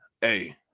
hey